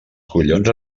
collons